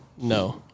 No